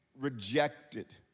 rejected